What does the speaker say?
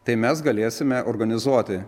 tai mes galėsime organizuoti